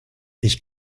ich